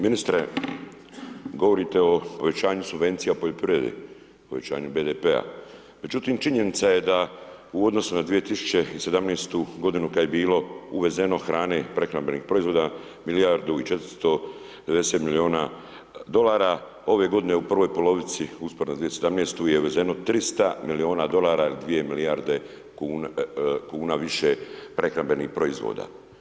Ministre, govorite o povećanju subvencija u poljoprivredi, povećanju BDP-a, međutim, činjenica je da u odnosu na 2017. godinu, kad je bilo uvezeno hrane, prehrambenih proizvoda, milijardu i 490 milijuna dolara dolara ove godine, u pravoj ploveći u usporedbi sa 2017. je uvezeno 300 milijuna dolara i 2 milijarde kuna više prehrambenih proizvoda.